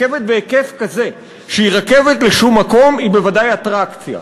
שרכבת בהיקף כזה שהיא רכבת לשום מקום היא בוודאי אטרקציה,